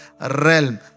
realm